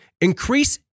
increase